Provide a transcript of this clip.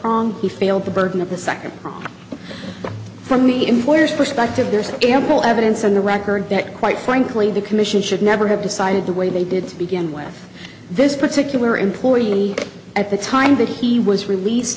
song he failed the burden of the second from the employer's perspective there's ample evidence in the record that quite frankly the commission should never have decided the way they did to begin with this particular employee at the time that he was released